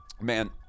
Man